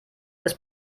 ist